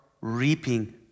reaping